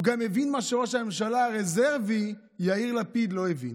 הוא גם הבין מה שראש הממשלה הרזרבי יאיר לפיד לא הבין.